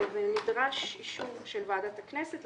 נדרש אישור של ועדת הכנסת.